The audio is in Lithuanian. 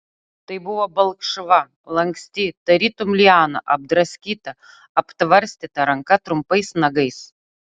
tai buvo balkšva lanksti tarytum liana apdraskyta aptvarstyta ranka trumpais nagais